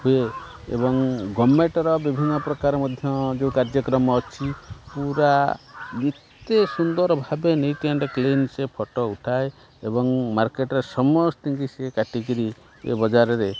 ହୁଏ ଏବଂ ଗଭର୍ଣ୍ଣମେଣ୍ଟର ବିଭିନ୍ନ ପ୍ରକାର ମଧ୍ୟ ଯେଉଁ କାର୍ଯ୍ୟକ୍ରମ ଅଛି ପୁରା ଏତେ ସୁନ୍ଦର ଭାବେ ନିଟ ଆଣ୍ଡ୍ କ୍ଲିନ ସେ ଫଟୋ ଉଠାଏ ଏବଂ ମାର୍କେଟରେ ସମସ୍ତିଙ୍କି ସିଏ କାଟିକିରି ବଜାରରେ